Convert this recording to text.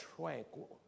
tranquil